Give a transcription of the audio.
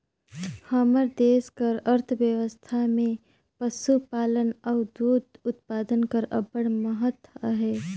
हमर देस कर अर्थबेवस्था में पसुपालन अउ दूद उत्पादन कर अब्बड़ महत अहे